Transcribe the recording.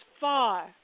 far